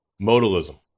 Modalism